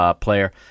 Player